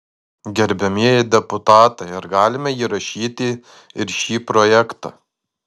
gerbiamieji deputatai ar galime įrašyti ir šį projektą